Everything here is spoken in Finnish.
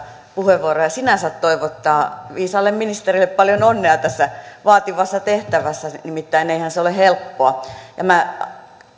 puheenvuoron ja sinänsä toivottaa viisaalle ministerille paljon onnea tässä vaativassa tehtävässä nimittäin eihän se ole helppoa